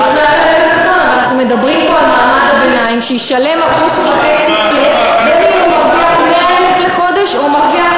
אנחנו מדברים פה על מעמד הביניים שישלם 1.5% בין אם הוא מרוויח